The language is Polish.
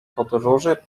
podróży